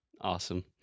Awesome